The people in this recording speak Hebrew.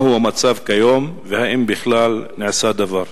מהו המצב כיום והאם בכלל נעשה דבר?